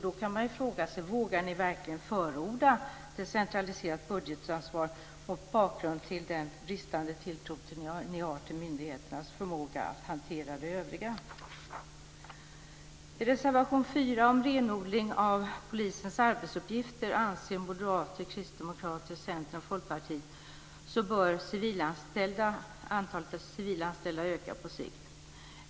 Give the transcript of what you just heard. Då kan man fråga sig om ni verkligen vågar förorda decentraliserat budgetansvar mot bakgrund av den bristande tilltro ni har till myndigheternas förmåga att hantera det övriga. Centern och Folkpartiet att antalet civilanställda bör öka på sikt.